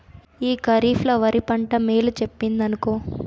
ఈ కరీఫ్ ల ఒరి పంట మేలు చెప్పిందినుకో